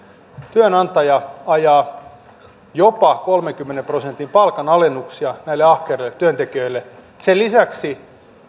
työnantaja ajaa jopa kolmenkymmenen prosentin palkanalennuksia näille ahkerille työntekijöille sen lisäksi